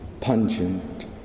pungent